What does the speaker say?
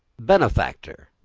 benefactor,